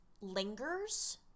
lingers